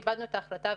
כיבדנו את ההחלטה,